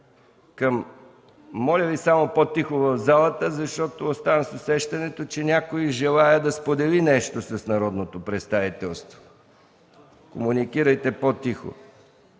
Моля Ви, по-тихо в залата, защото оставам с усещането, че някой желае да сподели нещо с народното представителство. Комуникирайте по-тихо!